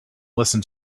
listen